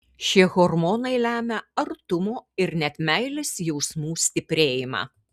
šie hormonai lemia artumo ir net meilės jausmų stiprėjimą